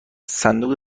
صندوق